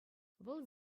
вӑл